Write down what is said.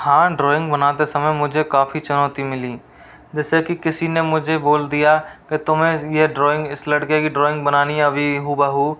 हाँ ड्राॅइंग बनाते समय मुझे काफ़ी चुनौती मिलीं जैसे कि किसी ने मुझे बोल दिया कि तुम्हें ये ड्राॅइंग इस लड़के की ड्राॅइंग बनानी है अभी हू बहू